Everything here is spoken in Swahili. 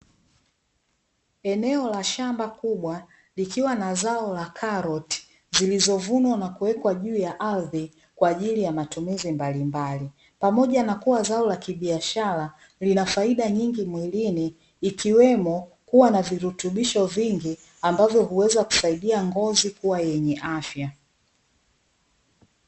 Eneo la shamba kubwa likiwa na zao la karoti zilizovunwa na kuwekwa juu ya ardhi kwa ajili ya matumizi mbalimbali, pamoja na kuwa ni zao la kibiashara lina faida nyingi mwilini ikiwemo kuwa na virutubisho vingi ambavyo huweza kusaidia ngozi kuwa yenye afya.